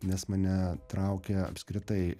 nes mane traukia apskritai